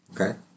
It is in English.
okay